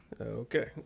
Okay